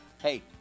Hey